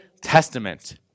Testament